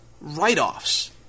write-offs